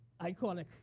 iconic